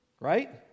Right